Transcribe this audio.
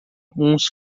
uns